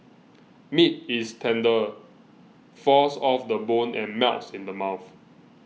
meat is tender falls off the bone and melts in the mouth